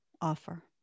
Offer